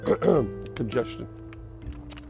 congestion